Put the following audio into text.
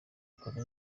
kare